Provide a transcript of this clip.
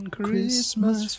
Christmas